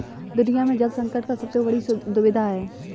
दुनिया में जल संकट का सबसे बड़ी दुविधा है